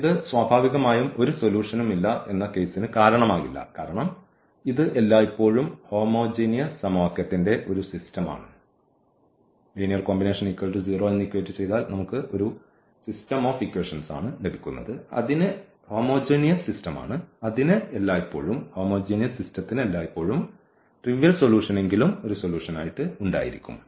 ഇത് സ്വാഭാവികമായും ഒരു സൊല്യൂഷനും ഇല്ല എന്ന കേസിന് കാരണമാകില്ല കാരണം ഇത് എല്ലായ്പ്പോഴും ഹോമോജിനിയസ് സമവാക്യത്തിന്റെ ഒരു സിസ്റ്റം ആണ് അതിന് എല്ലായ്പ്പോഴും ട്രിവ്യൽ സൊല്യൂഷൻ എങ്കിലും ഉണ്ടായിരിക്കും